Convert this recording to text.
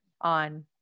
on